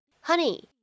Honey